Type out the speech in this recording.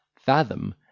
Fathom